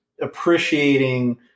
appreciating